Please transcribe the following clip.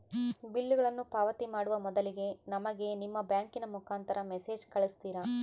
ಬಿಲ್ಲುಗಳನ್ನ ಪಾವತಿ ಮಾಡುವ ಮೊದಲಿಗೆ ನಮಗೆ ನಿಮ್ಮ ಬ್ಯಾಂಕಿನ ಮುಖಾಂತರ ಮೆಸೇಜ್ ಕಳಿಸ್ತಿರಾ?